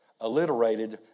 alliterated